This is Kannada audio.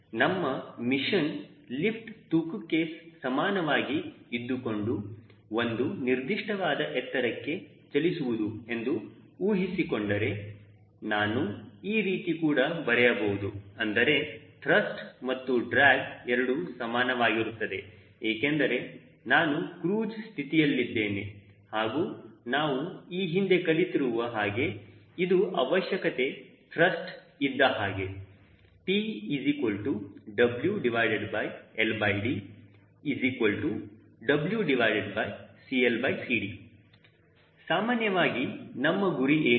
ನಮ್ಮ ಮಿಷನ್ ಲಿಫ್ಟ್ ತೂಕಕ್ಕೆ ಸಮಾನವಾಗಿ ಇದ್ದುಕೊಂಡು ಒಂದು ನಿರ್ದಿಷ್ಟವಾದ ಎತ್ತರಕ್ಕೆ ಚಲಿಸುವುದು ಎಂದು ಉಳಿಸಿಕೊಂಡರೆ ನಾನು ಈ ರೀತಿ ಕೂಡ ಬರೆಯಬಹುದು ಅಂದರೆ ತ್ರಸ್ಟ್ ಮತ್ತು ಡ್ರ್ಯಾಗ್ ಎರಡು ಸಮಾನವಾಗಿರುತ್ತದೆ ಏಕೆಂದರೆ ನಾನು ಕ್ರೂಜ್ ಸ್ಥಿತಿಯಲ್ಲಿದ್ದೇನೆ ಹಾಗೂ ನಾವು ಈ ಹಿಂದೆ ಕಲಿತಿರುವ ಹಾಗೆ ಇದು ಅವಶ್ಯಕತೆ ತ್ರಸ್ಟ್ ಇದ್ದಹಾಗೆ TWLDWCLCD ಸಾಮಾನ್ಯವಾಗಿ ನಮ್ಮ ಗುರಿ ಏನು